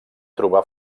trobar